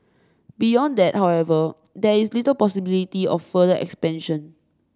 beyond that however there is little possibility of further expansion